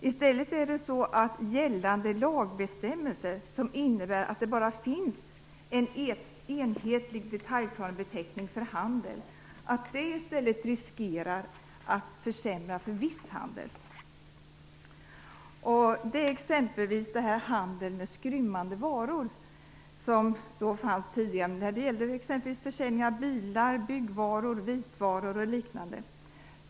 Det är i stället så att gällande lagbestämmelser, som innebär att det bara finns en enhetlig detaljplanebeteckning för handel, riskerar att försämra för viss handel. Det är exempelvis handel med skrymmande varor, som försäljning av bilar, byggvaror, vitvaror och liknande.